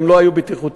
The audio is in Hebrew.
שלא היו בטיחותיים.